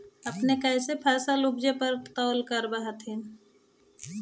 अपने कैसे फसलबा उपजे पर तौलबा करबा होत्थिन?